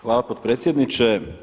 Hvala, potpredsjedniče.